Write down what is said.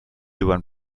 one